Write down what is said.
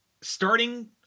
starting